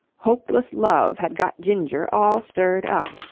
hopeless love had got ginger all stirred up.